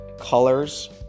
colors